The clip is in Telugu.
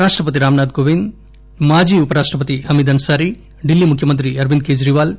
రాష్టపతి రాంనాథ్ కోవింద్ మాజీ ఉపరాష్టపతి హమెద్ అన్సారీ ఢిల్లీ ముఖ్యమంత్రి అరవింద్ కేజ్రీవాల్